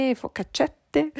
focaccette